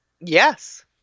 Yes